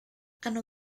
hanno